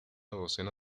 docena